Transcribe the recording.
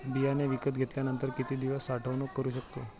बियाणे विकत घेतल्यानंतर किती दिवस साठवणूक करू शकतो?